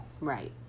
Right